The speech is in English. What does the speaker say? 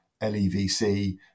LEVC